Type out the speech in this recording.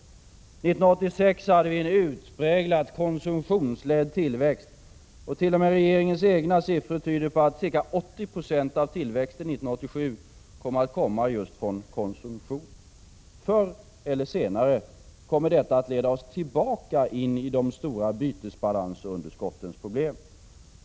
1986 hade vi en utpräglat konsumtionsledd tillväxt, och t.o.m. regeringens egna siffror tyder på att ca 80 96 av tillväxten 1987 kommer att härröra just från konsumtion. Förr eller senare kommer detta att leda oss tillbaka in i de stora bytesbalansunderskottens problem.